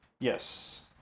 Yes